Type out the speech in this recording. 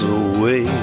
away